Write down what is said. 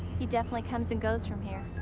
he definitely comes and goes from here.